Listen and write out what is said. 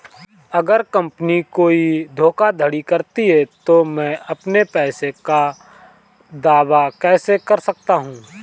अगर कंपनी कोई धोखाधड़ी करती है तो मैं अपने पैसे का दावा कैसे कर सकता हूं?